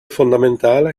fondamentale